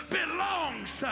belongs